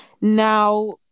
Now